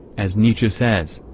as nietzsche says,